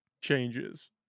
changes